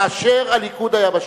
כאשר הליכוד היה בשלטון.